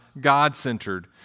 God-centered